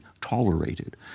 tolerated